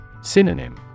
Synonym